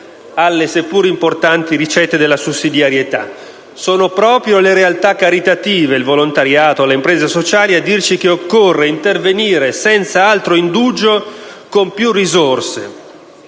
alle pur importanti ricette della sussidiarietà. Sono proprio le realtà caritative (il volontariato e le imprese sociali) a dirci che occorre intervenire senza altro indugio con più risorse.